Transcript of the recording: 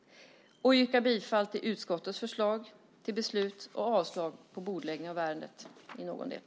Jag yrkar bifall till utskottets förslag till beslut och avslag på förslaget om bordläggning av ärendet.